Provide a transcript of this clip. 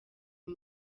uyu